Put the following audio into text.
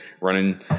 running